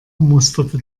musterte